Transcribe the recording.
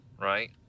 right